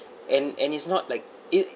and and it's not like it